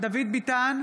דוד ביטן,